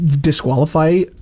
disqualify